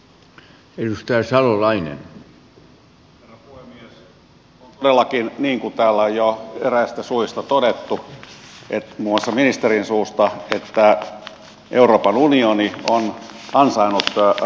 on todellakin niin kuin täällä on jo eräistä suista todettu muun muassa ministerin suusta että euroopan unioni on ansainnut rauhanpalkintonsa